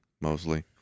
mostly